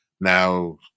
now